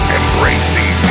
embracing